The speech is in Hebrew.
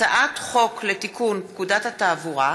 הצעת חוק לתיקון פקודת התעבורה (מס'